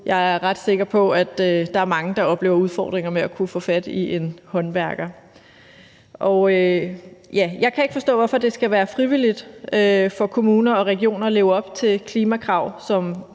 Jeg er ret sikker på, at der er mange, der oplever udfordringer med at kunne få fat i en håndværker. Jeg kan ikke forstå, hvorfor det skal være frivilligt for kommuner og regioner at leve op til klimakrav,